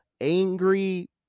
angry